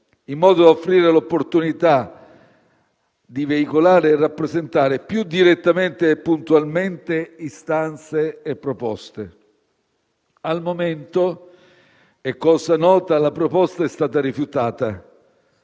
in modo da offrire l'opportunità di veicolare e rappresentare più direttamente e puntualmente istanze e proposte. Al momento - è cosa nota - la proposta è stata rifiutata.